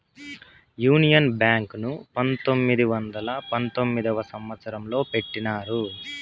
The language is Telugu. యూనియన్ బ్యాంక్ ను పంతొమ్మిది వందల పంతొమ్మిదవ సంవచ్చరంలో పెట్టినారు